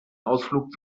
ausflug